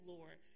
Lord